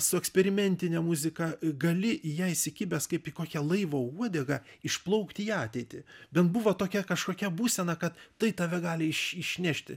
su eksperimentine muzika gali į ją įsikibęs kaip į kokią laivo uodegą išplaukti į ateitį bent buvo tokia kažkokia būsena kad tai tave gali iš išnešti